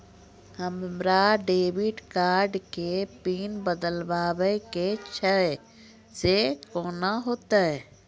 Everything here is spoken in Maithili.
हमरा डेबिट कार्ड के पिन बदलबावै के छैं से कौन होतै?